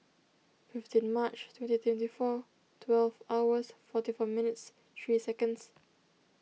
fifteen March twenty twenty four twelve hours forty four minutes three seconds